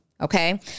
Okay